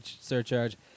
surcharge